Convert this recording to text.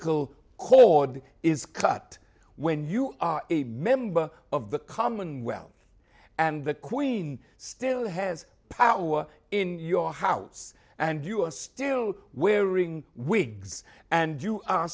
umbilical cord is cut when you are a member of the commonwealth and the queen still has power in your house and you are still wearing wigs and you